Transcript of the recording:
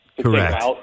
Correct